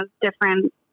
different